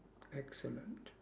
excellent